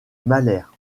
mahler